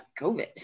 COVID